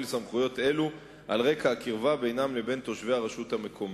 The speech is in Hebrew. סמכויות אלה על רקע הקרבה בינם לבין תושבי הרשות המקומית.